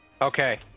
Okay